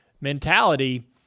mentality